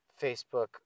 Facebook